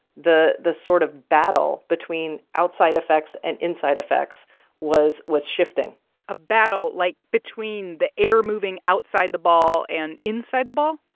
the the sort of battle between outside effects and inside effects was was shifting a battle, like between the air moving outside the ball and inside the ball?